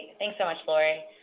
thanks so much laurie.